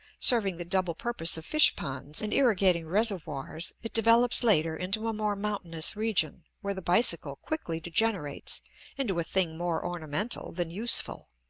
serving the double purpose of fish-ponds and irrigating reservoirs, it develops later into a more mountainous region, where the bicycle quickly degenerates into a thing more ornamental than useful.